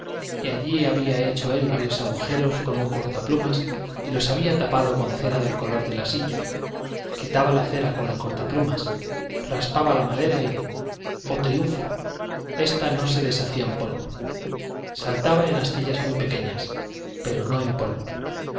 mueble allí había hecho él varios agujeros con un cortaplumas y los había tapado con cera del color de la silla quitaba la cera con el cortaplumas raspaba la madera y oh triunfo esta no se deshacía en polvo saltaba en astillas muy pequeñas pero no en polvo